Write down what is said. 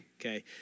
okay